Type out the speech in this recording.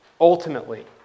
ultimately